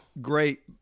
great